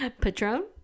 Patron